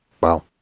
Wow